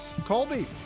colby